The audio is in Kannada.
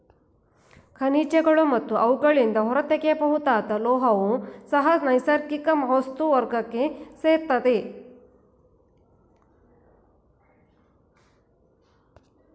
ಖನಿಜಗಳು ಮತ್ತು ಅವುಗಳಿಂದ ಹೊರತೆಗೆಯಬಹುದಾದ ಲೋಹವೂ ಸಹ ನೈಸರ್ಗಿಕ ವಸ್ತು ವರ್ಗಕ್ಕೆ ಸೇರಯ್ತೆ